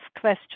question